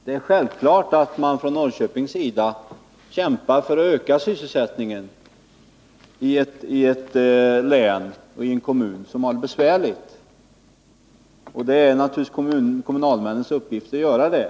Det är självklart att man kämpar för att öka sysselsättningen i en kommun som har det besvärligt. Det är naturligtvis kommunalmännens uppgift att göra det.